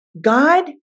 God